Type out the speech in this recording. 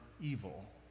evil